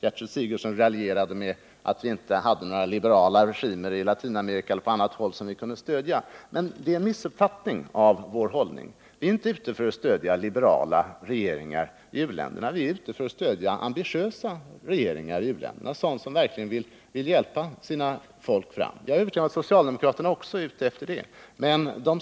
Gertrud Sigurdsen raljerade med att vi inte hade några liberala regimer i Latinamerika eller på annat håll som vi kunde stödja. Men det innebär en missuppfattning av vår hållning. Vi är inte ute efter att stödja liberala regeringar i u-länderna. Vi är ute efter att stödja ambitiösa regeringar i u-länderna, som verkligen vill hjälpa sitt folk framåt. Jag är övertygad om att socialdemokraterna är ute efter det också.